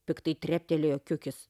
piktai treptelėjo kiukis